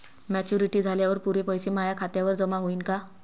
Maturity झाल्यावर पुरे पैसे माया खात्यावर जमा होईन का?